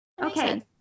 Okay